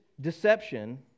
deception